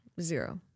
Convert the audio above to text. zero